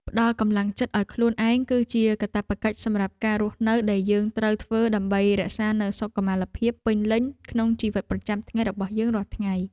ផ្ដល់កម្លាំងចិត្តឱ្យខ្លួនឯងគឺជាកាតព្វកិច្ចសម្រាប់ការរស់នៅដែលយើងត្រូវធ្វើដើម្បីរក្សានូវសុខុមាលភាពពេញលេញក្នុងជីវិតប្រចាំថ្ងៃរបស់យើងរាល់ថ្ងៃ។